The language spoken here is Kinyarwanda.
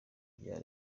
bya